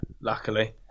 luckily